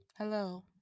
hello